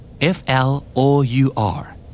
F-L-O-U-R